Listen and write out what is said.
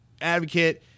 advocate